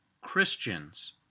Christians